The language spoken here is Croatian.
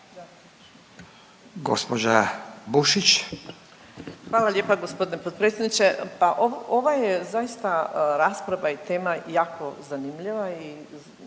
Zdravka (HDZ)** Hvala lijepa g. potpredsjedniče. Pa ova je zaista rasprava i tema jako zanimljiva